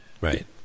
Right